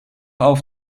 auf